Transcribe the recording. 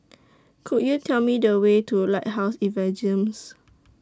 Could YOU Tell Me The Way to Lighthouse